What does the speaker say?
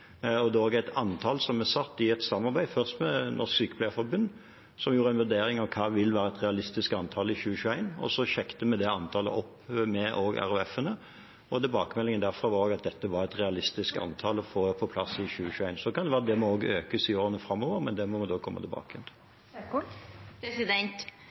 og det er et antall som er satt først i et samarbeid med Norsk Sykepleierforbund, som gjorde en vurdering av hva som vil være et realistisk antall i 2021. Så sjekket vi det antallet opp med RHF-ene, og tilbakemeldingen derfra var at dette var et realistisk antall å få på plass i 2021. Det kan være at det må økes i årene framover, men det må vi komme tilbake til.